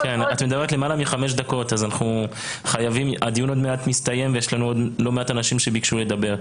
הדיון עוד מעט מסתיים ויש לנו עוד לא מעט אנשים שביקשו לדבר.